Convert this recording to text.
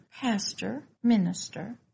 pastor-minister